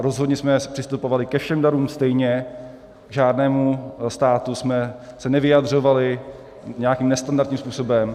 Rozhodně jsme přistupovali ke všem darům stejně, k žádnému státu jsme se nevyjadřovali nějakým nestandardním způsobem.